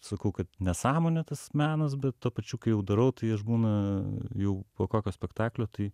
sakau kad nesąmonė tas menas bet tuo pačiu kai jau darau tai aš būna jau po kokio spektaklio tai